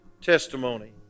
testimony